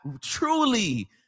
truly